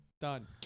Done